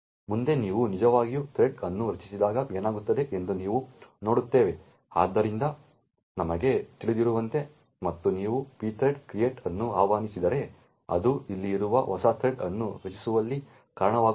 ಮುಂದೆ ನೀವು ನಿಜವಾಗಿಯೂ ಥ್ರೆಡ್ ಅನ್ನು ರಚಿಸಿದಾಗ ಏನಾಗುತ್ತದೆ ಎಂದು ನಾವು ನೋಡುತ್ತೇವೆ ಆದ್ದರಿಂದ ನಮಗೆ ತಿಳಿದಿರುವಂತೆ ಮತ್ತು ನೀವು pthread create ಅನ್ನು ಆಹ್ವಾನಿಸಿದರೆ ಅದು ಇಲ್ಲಿ ಇರುವ ಹೊಸ ಥ್ರೆಡ್ ಅನ್ನು ರಚಿಸುವಲ್ಲಿ ಕಾರಣವಾಗುತ್ತದೆ